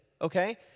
okay